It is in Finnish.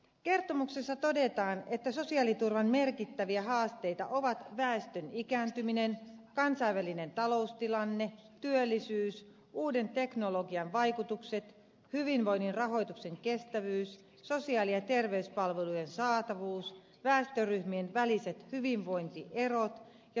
kertomuksessa todetaan että sosiaaliturvan merkittäviä haasteita ovat väestön ikääntyminen kansainvälinen taloustilanne työllisyys uuden teknologian vaikutukset hyvinvoinnin rahoituksen kestävyys sosiaali ja terveyspalvelujen saatavuus väestöryhmien väliset hyvinvointierot ja syrjäytymiskehitys